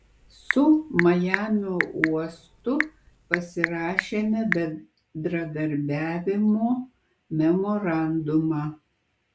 su majamio uostu pasirašėme bendradarbiavimo memorandumą